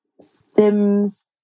Sims